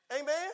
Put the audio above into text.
Amen